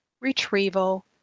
retrieval